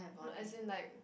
no as in like